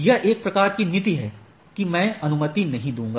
यह एक प्रकार की नीति है कि मैं अनुमति नहीं दूंगा